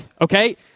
Okay